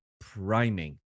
priming